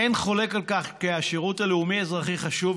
אין חולק על כך שהשירות הלאומי-אזרחי חשוב,